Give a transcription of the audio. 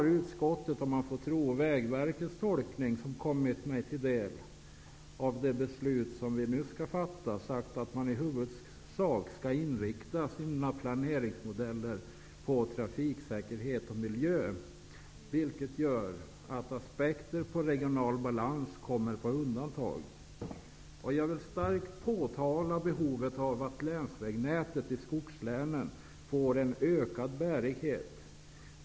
Nu har utskottet -- om man får tro Vägverkets tolkning som kommit mig till del när det gäller det beslut vi nu skall fatta -- sagt att man i huvudsak skall inrikta sina planeringsmodeller på ''trafiksäkerhet och miljö'', vilket gör att aspekter på ''regional balans'' kommer på undantag. Fru talman! Jag vill starkt påtala behovet av att länsvägnätet i skogslänen får en ökad bärighet.